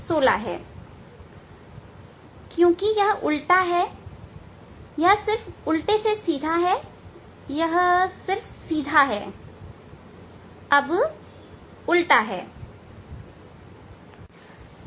क्योंकि यह उल्टा है यह सिर्फ उल्टे से सीधा है यह सिर्फ सीधा उलटा है